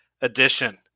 edition